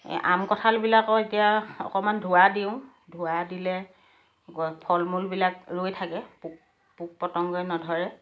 আম কঁঠালবিলাক এতিয়া অকণমান ধোঁৱা দিওঁ ধোঁৱা দিলে গ ফল মূলবিলাক ৰৈ থাকে পোক পোক পতঙ্গই নধৰে